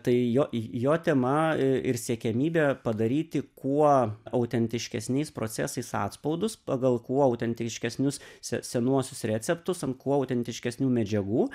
tai jo jo tema i ir siekiamybė padaryti kuo autentiškesniais procesais atspaudus pagal kuo autentiškesnius se senuosius receptus ant kuo autentiškesnių medžiagų